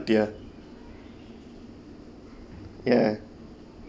tear ya